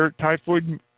Typhoid